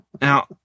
Now